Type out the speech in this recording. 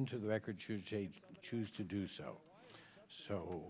into the record to choose to do so so